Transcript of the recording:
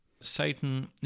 Satan